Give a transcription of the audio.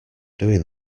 doing